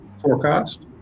forecast